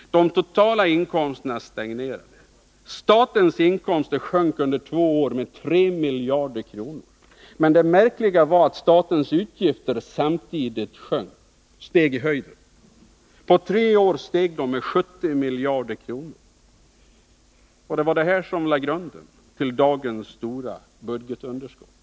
De totala inkomsterna stagnerade. Statens inkomster sjönk under två år med 3 miljarder kronor. Men det märkliga var att statens utgifter samtidigt steg i höjden. På tre år ökade de med 70 miljarder kr. Det var detta som lade grunden till dagens stora budgetunderskott.